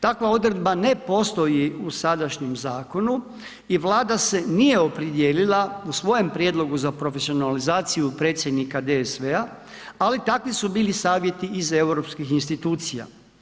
Takva odredba ne postoji u sadašnjem zakonu i Vlada se nije opredijelila u svojem prijedlogu za profesionalizaciju predsjednika DSV-a, ali takvi su bili savjeti iz europskih institucija.